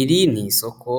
Iri ni isoko